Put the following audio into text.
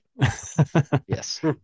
Yes